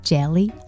Jelly